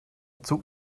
zug